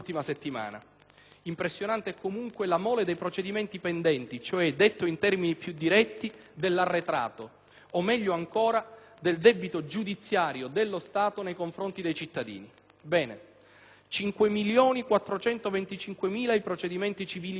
impressionante la mole dei procedimenti pendenti cioè - detto in termini più diretti - dell'arretrato, o meglio ancora, del debito giudiziario dello Stato nei confronti dei cittadini. Ebbene, sono 5.425.000 i procedimenti civili pendenti